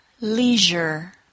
Leisure